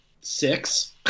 six